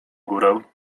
górę